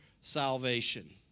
salvation